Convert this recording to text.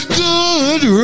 good